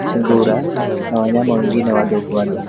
,sungura na wanyama wengine wadogo wadogo.